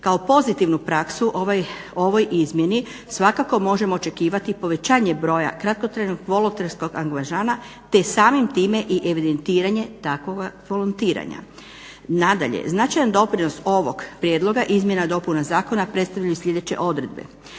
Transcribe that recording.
Kao pozitivnu praksu ovoj izmjeni svakako možemo očekivati povećanje broja kratkotrajnog volonterskog angažmana te samim time i evidentiranje takvog volontiranja. Nadalje, značajan doprinos ovog prijedloga izmjena i dopuna zakona predstavljaju sljedeće odredbe: